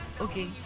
Okay